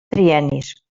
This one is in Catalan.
triennis